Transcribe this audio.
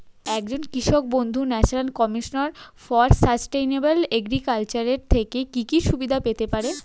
একজন কৃষক বন্ধু national commission for sustainable agriculture এর থেকে কি কি সুবিধা পেতে পারে?